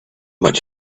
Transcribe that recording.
much